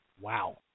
Wow